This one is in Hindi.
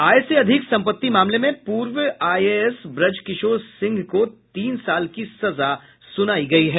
आय से अधिक संपत्ति मामले में पूर्व आईएएस ब्रजकिशोर सिंह को तीन साल की सजा सुनायी गयी है